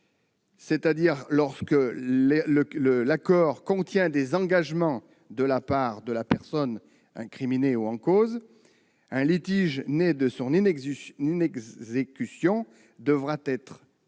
c'est-à-dire lorsque l'accord comporte des engagements de la part de la personne incriminée ou en cause, un litige né de son inexécution devra être